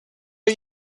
are